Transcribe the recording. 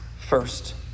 first